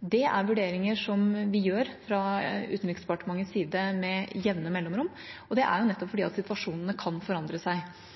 Det er vurderinger som vi fra Utenriksdepartementets side gjør med jevne mellomrom, og det er nettopp fordi situasjonene kan forandre seg.